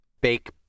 Bake